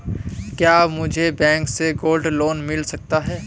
क्या मुझे बैंक से गोल्ड लोंन मिल सकता है?